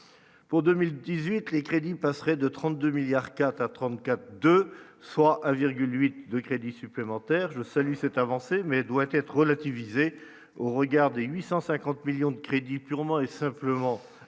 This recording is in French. pour 2018 les crédits passerait de 30 2 milliards 4 à 34 2 soit 1,8 de crédits supplémentaires, je salue cette avancée mais doit être relativisée au regard de 850 millions de crédits purement et simplement annulée